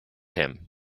him